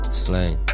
slang